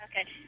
Okay